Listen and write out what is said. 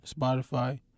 Spotify